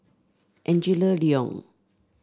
Angela Liong